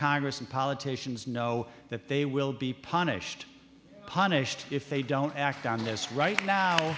congress and politicians know that they will be punished punished if they don't act on this right now